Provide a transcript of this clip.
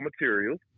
materials